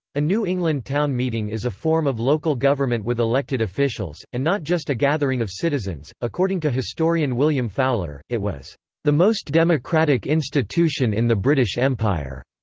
a new england town meeting is a form form of local government with elected officials, and not just a gathering of citizens according to historian william fowler, it was the most democratic institution in the british empire.